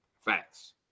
Facts